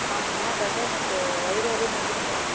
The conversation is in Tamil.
ஆ இந்த மாதிரி டாக்டர் நேற்று வயிறு வலின்னு வந்துவிட்டு போய்ருந்தோம்